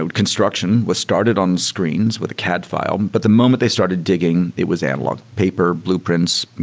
ah construction was started on screens with a cad file. but the moment they started digging, it was analog, paper, blueprints,